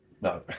No